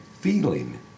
feeling